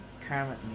currently